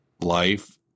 life